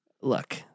Look